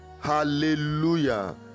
Hallelujah